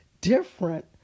different